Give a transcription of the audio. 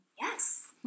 Yes